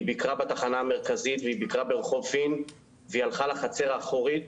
היא ביקרה בתחנה המרכזית והיא הלכה לחצר האחורית,